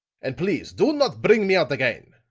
and please do not bring me out again.